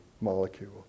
molecule